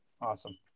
Awesome